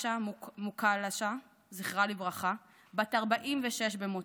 רשה מוקלשה, זכרה לברכה, בת 46 במותה,